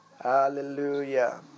Hallelujah